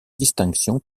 distinctions